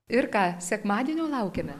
ir ką sekmadienio laukiame